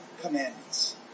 commandments